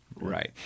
Right